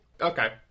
Okay